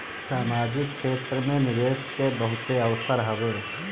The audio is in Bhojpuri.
सामाजिक क्षेत्र में निवेश के बहुते अवसर हवे